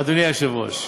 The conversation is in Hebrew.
אדוני היושב-ראש,